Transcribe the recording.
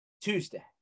tuesday